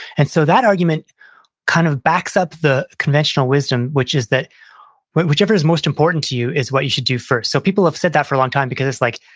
and so that argument kind of backs up the conventional wisdom, which is that whichever is most important to you is what you should do first so people have said that for a long time because it's like,